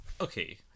Okay